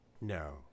No